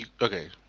Okay